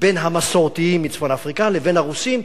בין המסורתיים מצפון-אפריקה לבין הרוסים,